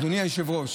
אדוני היושב-ראש,